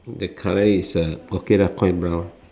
the colour is uh okay lah quite brown